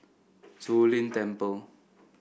Zu Lin Temple